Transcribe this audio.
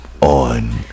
on